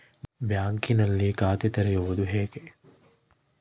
ಬ್ಯಾಂಕಿನಲ್ಲಿ ಖಾತೆ ತೆರೆಯುವುದು ಹೇಗೆ?